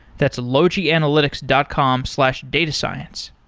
that's logianalytics dot com slash datascience.